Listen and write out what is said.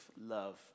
love